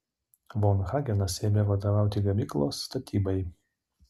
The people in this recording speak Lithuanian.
von hagenas ėmė vadovauti gamyklos statybai